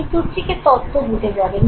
আপনি প্লুটচিকের তত্ত্ব বুঝে যাবেন